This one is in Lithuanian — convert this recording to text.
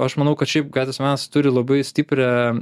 aš manau kad šiaip gatvės menas turi labai stiprią